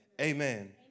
Amen